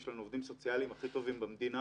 יש לנו עובדים סוציאליים הכי טובים במדינה.